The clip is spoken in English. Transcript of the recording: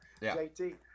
JT